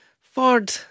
Ford